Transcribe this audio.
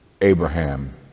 Abraham